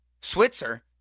Switzer